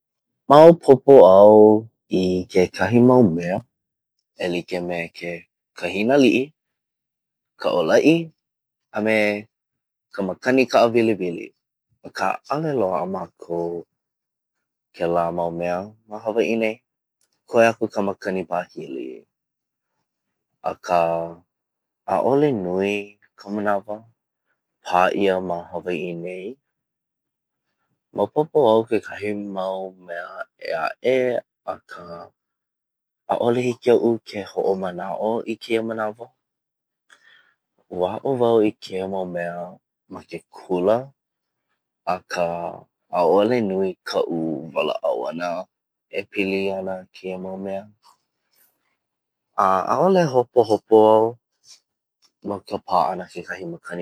Maopopo au i kekahi mau mea e like me ke kahinaliʻi, ʻōlaʻi, a me ka makani kaʻa wiliwili akā ʻaʻole loaʻa mākou kēlā mau mea ma Hawaiʻi nei. Koe aku ka makani pāhili. Akā ʻaʻole nui ka manawa pā ʻia ma hawaiʻi. Maopopo au kekahi mau mea ʻēaʻe akā ʻanʻole hiki iaʻu ke hoʻomanaʻo i kēia manawa. Ua aʻo wau i kekahi mau mea ma ke kula akā ʻaʻole nui kaʻu walaʻau ana e pili kēia mau mea. A ʻaʻole hopohopo au i ka pā ana kekahi makani pāhili maʻaneʻi